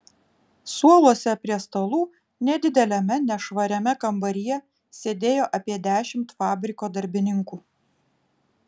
suoluose prie stalų nedideliame nešvariame kambaryje sėdėjo apie dešimt fabriko darbininkų